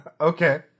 Okay